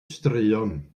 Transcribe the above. straeon